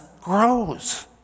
grows